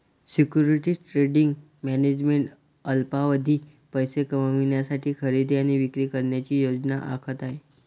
securities trading management अल्पावधीत पैसे कमविण्यासाठी खरेदी आणि विक्री करण्याची योजना आखत आहे